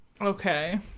Okay